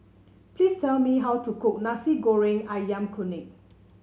please tell me how to cook Nasi Goreng ayam Kunyit